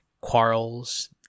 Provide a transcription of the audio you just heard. quarrels